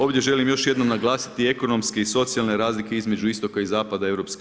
Ovdje želim još jednom naglasiti ekonomske i socijalne razlike između istoga i zapada EU.